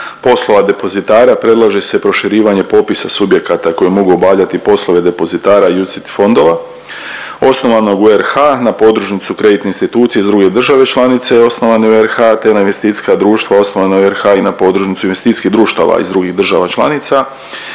poslova depozitara predlaže se proširivanje popisa subjekata koji mogu obavljati poslove depozitara UCTIS fondova osnovanog u RH na podružnicu kreditne institucije iz druge države članice osnovane u RH te na investicijska društva osnovana u RH i na podružnicu investicijskih društava iz drugih država članica